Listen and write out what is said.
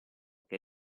che